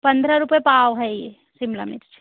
पंद्रह रुपए पाव है ये शिमला मिर्च